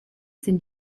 sind